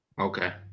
Okay